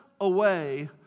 away